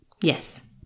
Yes